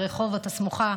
ברחובות הסמוכה,